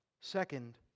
Second